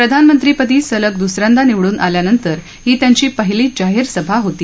प्रधानमंत्रीपदी सलग दुसऱ्यांदा निवडून आल्यानंतर ही त्यांची पहिलीच जाहीर सभा होती